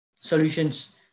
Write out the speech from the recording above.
solutions